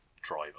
Driver